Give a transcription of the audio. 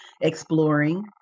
exploring